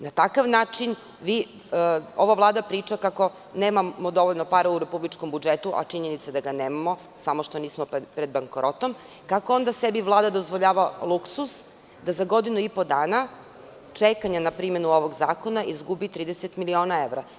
Na takav način ova Vlada priča kako nemamo dovoljno para u republičkom budžetu, a činjenica je da ga nemamo, samo što nismo pred bankrotstvom, kako onda sebi Vlada dozvoljava luksuz da za godinu i po dana čekanja na primenu ovog zakona izgubi 30 miliona evra.